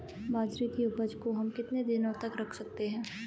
बाजरे की उपज को हम कितने दिनों तक रख सकते हैं?